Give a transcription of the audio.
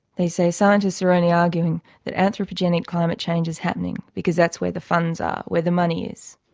they say scientists are only arguing that anthropogenic climate change is happening because that's where the funds are, where the money is.